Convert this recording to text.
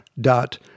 dot